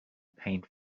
paint